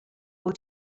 for